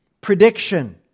prediction